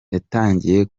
yatangiye